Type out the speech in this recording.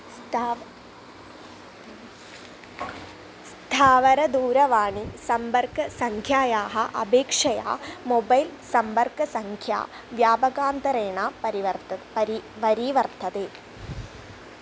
स्थाव स्थावरदूरवाणी सम्पर्कसङ्ख्यायाः अपेक्षया मोबैल् सम्पर्कसङ्ख्या व्यापकान्तरेण परिवर्तते परि वरीवर्तते